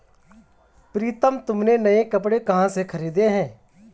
प्रितम तुमने नए कपड़े कहां से खरीदें?